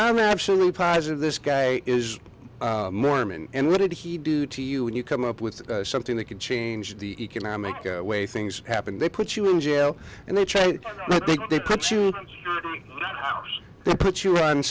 i'm absolutely positive this guy is mormon and what did he do to you and you come up with something that could change the economic way things happened they put you in jail and they tried they put you put you